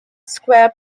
square